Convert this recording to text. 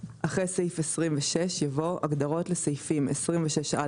(2)אחרי סעיף 26 יבוא: "הגדרות לסעיפים 26א